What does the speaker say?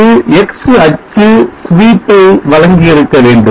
இது x அச்சு sweep ஐ வழங்கியிருக்க வேண்டும்